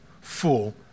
full